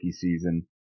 season